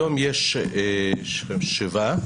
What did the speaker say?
שבעה.